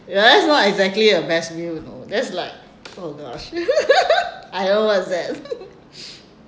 that's not exactly a best meal you know that's like oh gosh I know what is that